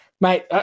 Mate